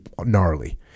gnarly